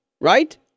Right